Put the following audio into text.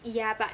ya but